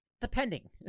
Depending